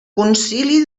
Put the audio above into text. concili